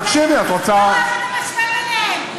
תקשיבי, את רוצה, לא, איך אתה משווה ביניהם?